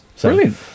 Brilliant